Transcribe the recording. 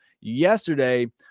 yesterday